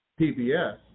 PBS